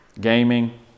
gaming